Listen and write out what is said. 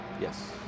Yes